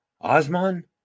Osman